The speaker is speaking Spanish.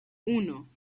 uno